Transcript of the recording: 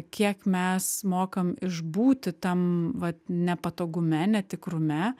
kiek mes mokam išbūti tam vat nepatogume netikrume